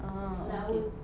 ah okay